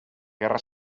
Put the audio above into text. guerra